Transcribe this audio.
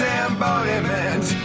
embodiment